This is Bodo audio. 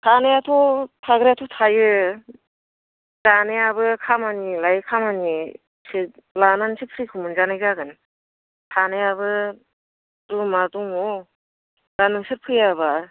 थानायाथ' थाग्रायाथ' थायो जानायाबो खामानि लायै खामानि लानानैसो फ्रि खौ मोनजानाय जागोन थानायाबो रुम आ दङ दा नोंसोर फैयाबा